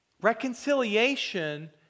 Reconciliation